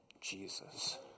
Jesus